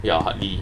ya hardly